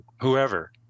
whoever